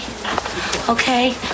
okay